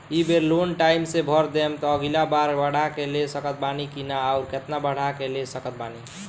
ए बेर loan time से भर देहम त अगिला बार बढ़ा के ले सकत बानी की न आउर केतना बढ़ा के ले सकत बानी?